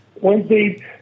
Wednesday